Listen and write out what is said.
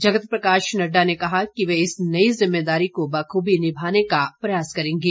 जगत प्रकाश नड्डा ने कहा कि वे इस नई जिम्मेदारी को बखूबी निभाने का प्रयास करेंगे